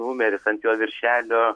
numeris ant jo viršelio